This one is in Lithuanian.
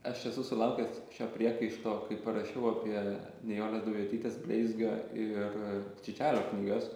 aš esu sulaukęs šio priekaišto kai parašiau apie nijolės daujotytės bleizgio ir čičelio knygas